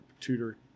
tutor